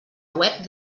web